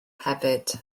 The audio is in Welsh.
hefyd